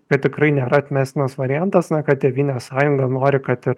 kad tikrai nėra atmestinas variantas na kad tėvynės sąjunga nori kad ir